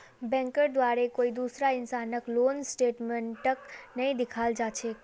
बैंकेर द्वारे कोई दूसरा इंसानक लोन स्टेटमेन्टक नइ दिखाल जा छेक